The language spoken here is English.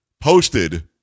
posted